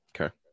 Okay